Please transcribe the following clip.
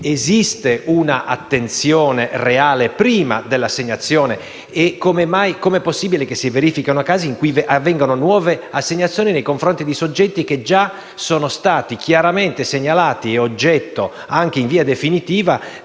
esiste un'attenzione reale prima dell'assegnazione? Com'è possibile che si verifichino casi in cui avvengono nuove assegnazioni nei confronti di soggetti che sono già stati chiaramente segnalati e oggetto, anche in via definitiva,